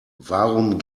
warum